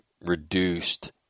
reduced